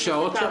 יש שעות?